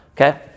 okay